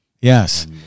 Yes